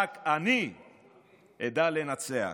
רק אני אדע לנצח.